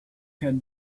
can